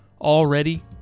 already